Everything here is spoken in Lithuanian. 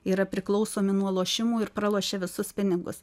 yra priklausomi nuo lošimų ir pralošė visus pinigus